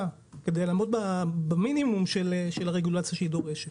כדי לעמוד במינימום של הרגולציה שהיא דורשת.